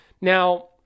Now